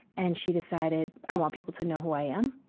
and she decided, i want people to know who i am,